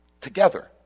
Together